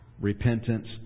Repentance